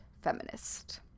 feminist